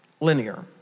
linear